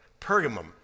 Pergamum